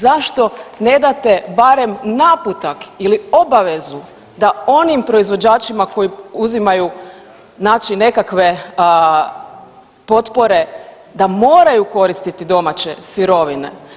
Zašto ne date barem naputak ili obavezu da onim proizvođačima koji uzimaju znači nekakve potpore da moraju koristiti domaće sirovine.